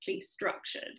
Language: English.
structured